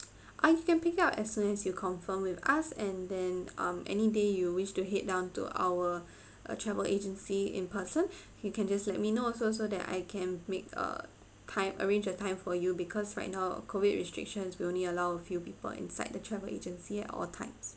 I can pick up as long as you confirm with us and then um any day you wish to head down to our uh travel agency in person you can just let me know also so that I can make a time arrange a time for you because right now COVID restrictions will only allow few people inside the travel agency at all times